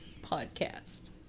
podcast